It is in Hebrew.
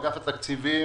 אגף התקציבים,